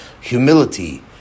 humility